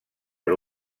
per